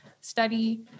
study